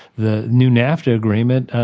the new nafta agreement,